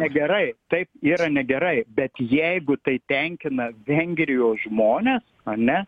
negerai taip yra negerai bet jeigu tai tenkina vengrijos žmones ar ne